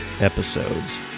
episodes